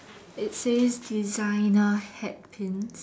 it says designer hat pins